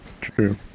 true